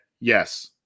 yes